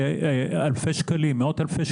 זה מאות אלפי שקלים.